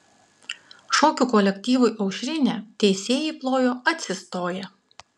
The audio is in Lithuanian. šokių kolektyvui aušrinė teisėjai plojo atsistoję